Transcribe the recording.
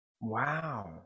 Wow